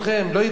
לא הבנתי.